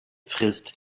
frisst